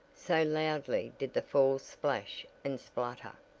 so loudly did the falls splash and splatter.